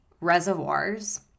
reservoirs